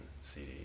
CD